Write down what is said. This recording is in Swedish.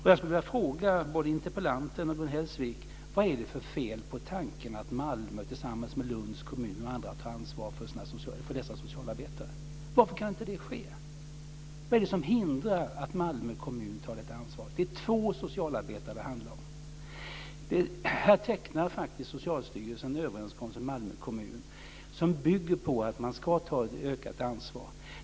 Hellsvik: Vad är det för fel på tanken att Malmö tillsammans med Lunds kommun och andra tar ansvaret för dessa socialarbetare? Varför kan inte det ske? Vad är det som hindrar att Malmö kommun tar detta ansvar? Det är två socialarbetare som det handlar om. Här tecknar Socialstyrelsen faktiskt en överenskommelse med Malmö kommun som bygger på att man ska ta ett ökat ansvar.